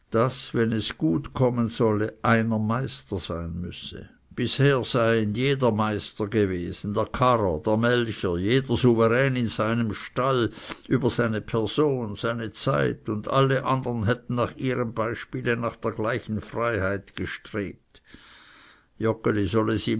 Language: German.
daß wenn es gut kommen solle einer meister sein müsse bisher sei ein jeder meister gewesen der karrer der melcher jeder souverän in seinem stall über seine person seine zeit und alle andern hätten nach ihrem beispiel nach der gleichen freiheit gestrebt joggeli solle